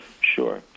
Sure